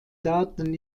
daten